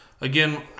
Again